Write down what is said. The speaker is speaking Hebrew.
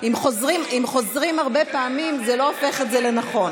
אם חוזרים הרבה פעמים זה לא הופך את זה לנכון.